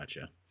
Gotcha